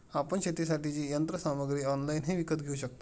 आपण शेतीसाठीची यंत्रसामग्री ऑनलाइनही विकत घेऊ शकता